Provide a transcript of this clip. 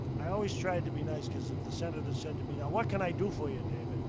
i always tried to be nice because if the senator said to me, now what can i do for you, david?